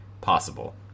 possible